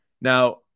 Now